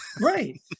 right